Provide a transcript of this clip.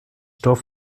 dorf